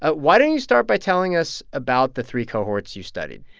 ah why don't you start by telling us about the three cohorts you studied?